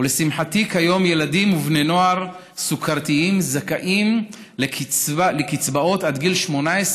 ולשמחתי כיום ילדים ובני נוער סוכרתיים זכאים לקצבאות עד גיל 18,